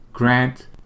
Grant